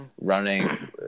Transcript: running